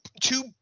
two